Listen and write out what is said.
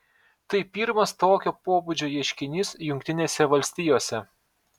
tai pirmas tokio pobūdžio ieškinys jungtinėse valstijose